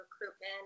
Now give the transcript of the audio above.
recruitment